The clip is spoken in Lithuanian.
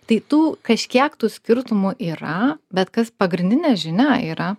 tai tų kažkiek tų skirtumų yra bet kas pagrindinė žinia yra